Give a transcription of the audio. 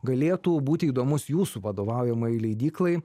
galėtų būti įdomus jūsų vadovaujamai leidyklai